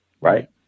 right